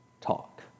talk